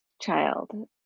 child